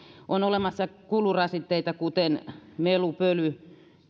on olemassa kulurasitteita kuten melu ja pöly